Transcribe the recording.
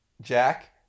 Jack